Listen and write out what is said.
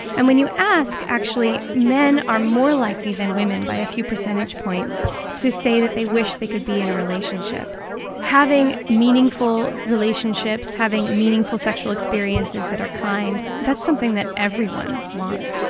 and when you ask, actually, men are more likely than women by a few percentage points to say that they wish they could be in a relationship having meaningful relationships, having meaningful sexual experiences that are kind that's something that everyone wants,